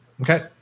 okay